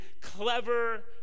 clever